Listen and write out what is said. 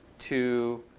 to